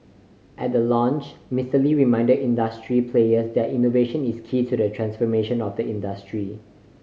at the launch Mister Lee reminded industry players that innovation is key to the transformation of the industry